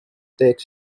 teeks